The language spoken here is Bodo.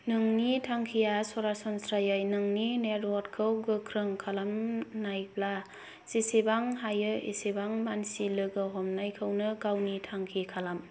नोंनि थांखिया सरासनस्रायै नोंनि नेट वर्कखौ गोख्रों खालामनायब्ला जिसिबां हायो इसिबां मानसि लोगो हमनायखौनो गावनि थांखि खालाम